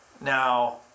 Now